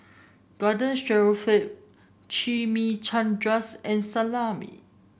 Garden Stroganoff Chimichangas and Salami